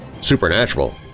supernatural